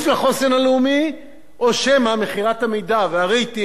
או שמא מכירת המידע והרייטינג והבעלים והפרסומת,